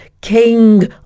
King